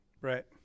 Right